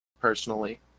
personally